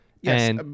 Yes